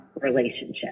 relationship